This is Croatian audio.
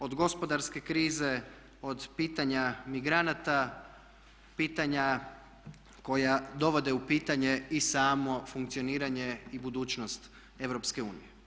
Od gospodarske krize, od pitanja migranata, pitanja koja dovode u pitanje i samo funkcioniranje i budućnost EU.